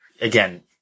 again